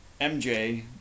MJ